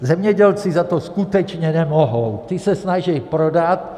Zemědělci za to skutečně nemohou, ti se snaží prodat.